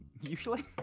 usually